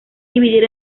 dividir